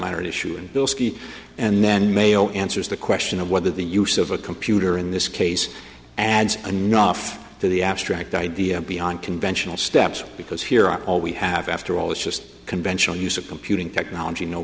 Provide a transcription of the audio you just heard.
minor issue in bilski and then mayo answers the question of whether the use of a computer in this case adds enough to the abstract idea beyond conventional steps because here all we have after all is just conventional use of computing technology no